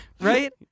Right